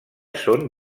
són